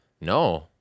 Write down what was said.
No